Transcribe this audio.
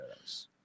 Yes